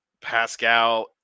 Pascal